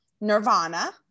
Nirvana